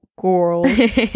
girls